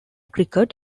cricket